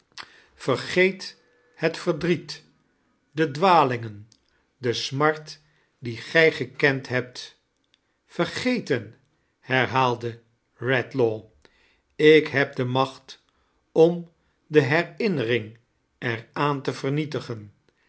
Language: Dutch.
geet het vemdriet de dwalingen die smarts die gij gefcemd hebh vietgeteia herhaaidie redilaw ik heb de macht om de herinnering er aan te vernietigen